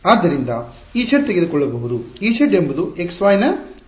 ಆದ್ದರಿಂದ Ez ತೆಗೆದುಕೊಳ್ಳಬಹುದು Ez ಎಂಬುದು x y ನ ಕಾರ್ಯವಾಗಿದೆ